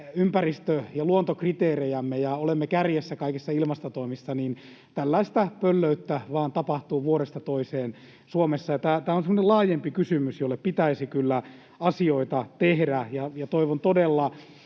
ympäristö- ja luontokriteerejämme ja olemme kärjessä kaikissa ilmastotoimissa, niin tällaista pöllöyttä vain tapahtuu vuodesta toiseen Suomessa. Tämä on semmoinen laajempi kysymys, jolle pitäisi kyllä asioita tehdä, ja toivon todella,